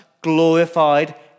glorified